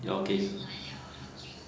okay